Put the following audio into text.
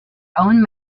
own